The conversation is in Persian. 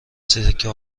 سکه